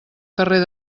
carrer